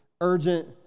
urgent